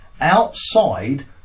outside